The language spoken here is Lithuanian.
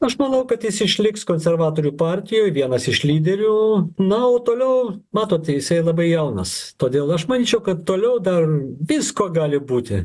aš manau kad jis išliks konservatorių partijoj vienas iš lyderių na toliau matote jisai labai jaunas todėl aš manyčiau kad toliau dar visko gali būti